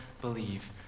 believe